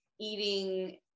eating